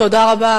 תודה רבה.